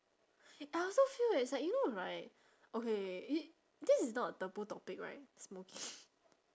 I also feel eh it's like you know right okay okay i~ this is not a taboo topic right smoki~